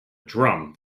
drum